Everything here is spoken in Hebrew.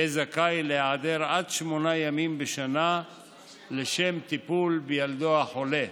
יהיה זכאי להיעדר עד שמונה ימים בשנה לשם טיפול בילדו החולה.